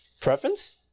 Preference